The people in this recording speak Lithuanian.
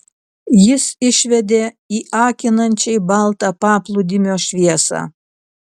jis išvedė į akinančiai baltą paplūdimio šviesą